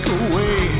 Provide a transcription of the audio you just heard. away